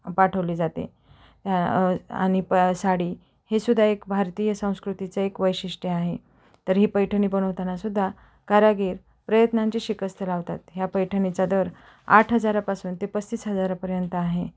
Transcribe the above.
पाठवली जाते आणि प साडी हे सुद्धा एक भारतीय संस्कृतीचं एक वैशिष्ट्य आहे तर ही पैठणी बनवताना सुद्धा कारागीर प्रयत्नांची शिकस्त लावतात ह्या पैठणीचा दर आठ हजारापासून ते पस्तीस हजारापर्यंत आहे